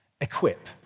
equip